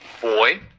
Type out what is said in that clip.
boy